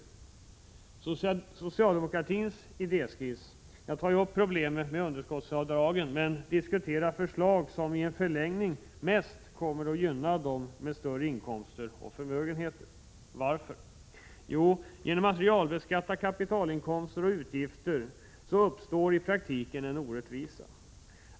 I socialdemokratins idéskiss tas problemet med underskottsavdragen upp, men där diskuteras förslag som i en förlängning mest kommer att gynna de personer som har större inkomster och förmögenheter. Varför? Jo, genom att realbeskatta kapitalinkomster och kapitalutgifter uppstår i praktiken en orättvisa.